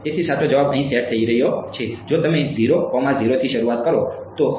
તેથી સાચો જવાબ અહીં સેટ થઈ રહ્યો છે જો તમે થી શરૂઆત કરો તો શું થશે